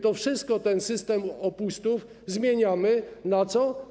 To wszystko, ten system upustów jest zmieniamy na co?